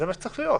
זה מה שצריך להיות.